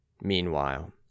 Meanwhile